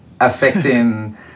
affecting